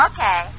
Okay